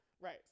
Right